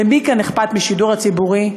למי כאן אכפת מהשידור הציבורי,